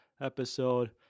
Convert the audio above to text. episode